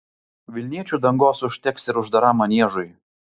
vilniečių dangos užteks ir uždaram maniežui